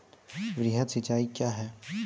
वृहद सिंचाई कया हैं?